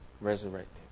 resurrected